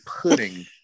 pudding